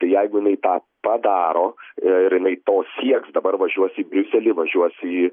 tai jeigu jinai tą padaro ir jinai to sieks dabar važiuos į briuselį važiuos į